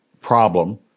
problem